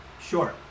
Sure